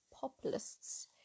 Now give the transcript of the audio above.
populists